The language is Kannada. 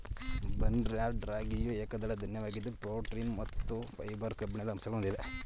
ಬರ್ನ್ಯಾರ್ಡ್ ರಾಗಿಯು ಏಕದಳ ಧಾನ್ಯವಾಗಿದ್ದು ಪ್ರೋಟೀನ್, ಸತ್ತು, ಫೈಬರ್, ಕಬ್ಬಿಣದ ಅಂಶಗಳನ್ನು ಹೊಂದಿದೆ